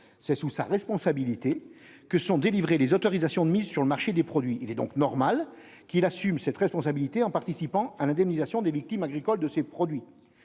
c'est sous sa responsabilité que sont délivrer les autorisations de mise sur le marché des produits, il est donc normal qu'il assume cette responsabilité, en participant à l'indemnisation des victimes agricole de ces produits